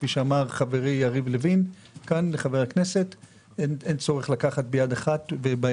כפי שאמר חברי חבר הכנסת יריב לוין - אין צורך לקחת ביד השנייה.